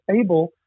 able